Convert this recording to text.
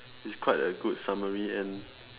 it's quite a good summary and